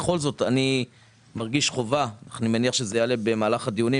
בכל זאת אני מרגיש חובה אני מניח שזה יעלה במהלך הדיונים,